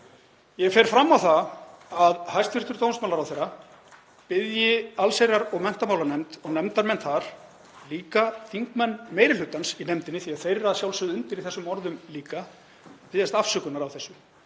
Ég fer fram á það að hæstv. dómsmálaráðherra biðji allsherjar- og menntamálanefnd og nefndarmenn þar, líka þingmenn meiri hlutans í nefndinni, því þeir eru að sjálfsögðu undir í þessum orðum líka, afsökunar á þessu.